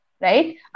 right